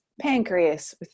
pancreas